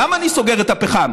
למה אני סוגר את הפחם?